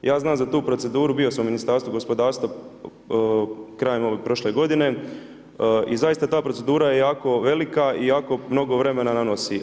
Ja znam za tu proceduru, bio sam u Ministarstvu gospodarstva krajem prošle godine i zaista ta procedura je jako velika i jako mnogo vremena nosi.